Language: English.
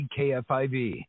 KFIV